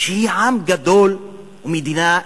שהיא עם גדול, מדינה גדולה.